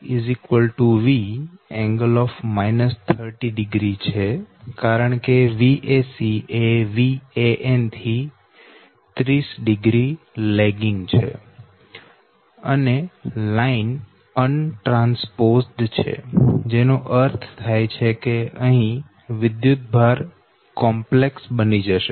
Vac Vㄥ 300 હશે કારણકે Vac એ Van થી 300 લેગીંગ છે અને લાઈન અનટ્રાન્સપોઝ્ડ છે જેનો અર્થ થાય કે અહી વિદ્યુતભાર કોમ્પ્લેક્સ બની જશે